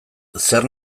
zer